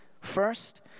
First